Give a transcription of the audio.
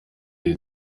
iyi